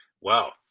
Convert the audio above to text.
Wow